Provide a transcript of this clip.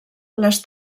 les